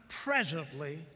presently